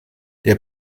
der